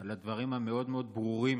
על הדברים המאוד-מאוד ברורים